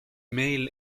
male